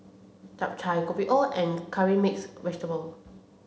Chap Chai Kopi O and Curry Mixed Vegetable